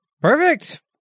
Perfect